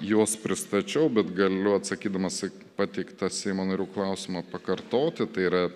juos pristačiau bet galiu atsakydamas į pateiktą seimo narių klausimą pakartoti tai yra